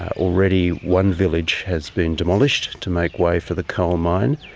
already one village has been demolished to make way for the coal mine,